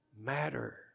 matter